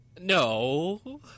No